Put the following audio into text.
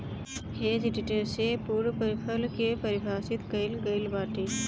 hedge return से पूर्णप्रतिफल के पारिभाषित कईल गईल बाटे